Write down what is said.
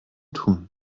tun